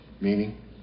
Meaning